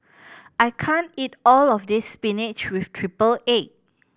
I can't eat all of this spinach with triple egg